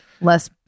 less